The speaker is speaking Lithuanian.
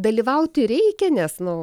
dalyvauti reikia nes nu